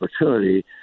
opportunity